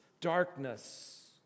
darkness